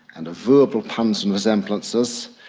and verbal puns and resemblances.